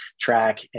track